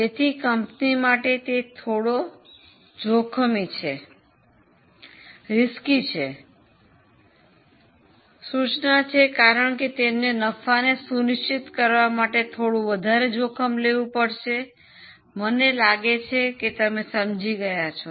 તેથી કંપની માટે તે થોડી જોખમી સુચના છે કારણ કે તેમને નફાને સુનિશ્ચિત કરવા માટે થોડું વધારે જોખમ લેવું પડશે મને લાગે છે તમે સમજી ગયા છો